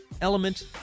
element